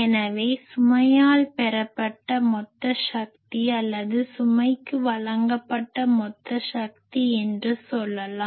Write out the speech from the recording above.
எனவே சுமையால் பெறப்பட்ட மொத்த சக்தி அல்லது சுமைக்கு வழங்கப்பட்ட மொத்த சக்தி என்று சொல்லலாம்